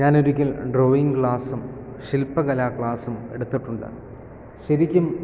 ഞാൻ ഒരിക്കൽ ഡ്രോയിങ് ക്ലാസ്സും ശിൽപ്പകല ക്ലാസ്സും എടുത്തിട്ടുണ്ട് ശരിക്കും